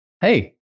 Hey